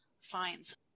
fines